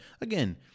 again